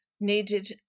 needed